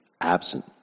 absent